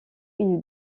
une